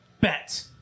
Bet